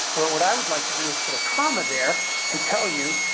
where what i would like to do is put a comma there and tell you,